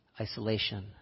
isolation